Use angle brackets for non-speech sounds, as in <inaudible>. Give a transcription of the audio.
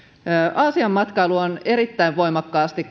aasian matkailu on erittäin voimakkaasti <unintelligible>